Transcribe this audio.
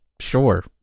sure